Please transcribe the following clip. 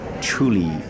truly